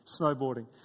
snowboarding